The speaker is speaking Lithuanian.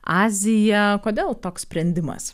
aziją kodėl toks sprendimas